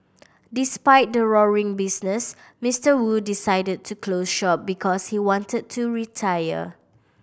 despite the roaring business Mister Wu decided to close shop because he wanted to retire